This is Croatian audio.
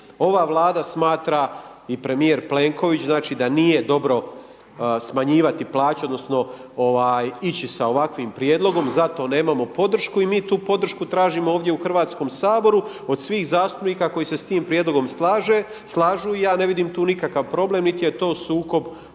Ova Vlada smatra i premijer Plenković, znači da nije dobro smanjivati plaće odnosno ići sa ovakvim prijedlogom zato nemamo podršku i mi tu podršku tražimo ovdje u Hrvatskom saboru od svih zastupnika koji se s tim prijedlogom slažu i ja ne vidim tu nikakav problem niti je to sukob u